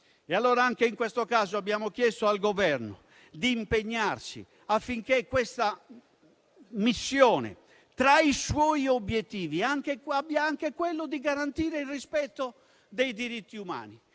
Anche in questo caso, abbiamo chiesto al Governo di impegnarsi affinché questa missione tra i suoi obiettivi abbia anche quello di garantire il rispetto dei diritti umani.